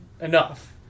enough